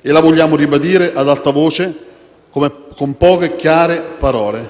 e la vogliamo ribadire ad alta voce con poche, chiare parole: